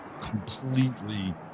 completely